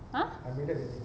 !huh!